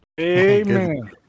Amen